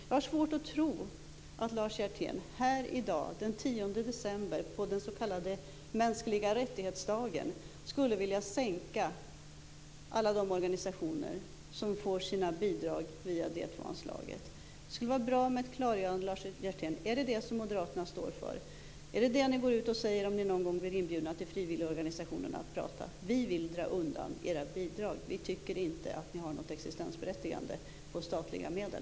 Jag har svårt att tro att Lars Hjertén här i dag den 10 december, på den s.k. mänskliga rättighets-dagen, skulle vilja sänka alla de organisationer som får sina bidrag via D 2-anslaget. Det skulle vara bra med ett klargörande, Lars Hjertén, om det är detta som Moderaterna står för. Är det detta ni går ut och säger om ni någon gång blir inbjudna till frivilligorganisationerna för att tala, att ni vill dra undan deras bidrag och att ni tycker att de inte har något existensberättigande med stöd av statliga medel?